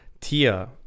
Tia